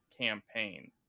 campaign